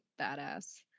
badass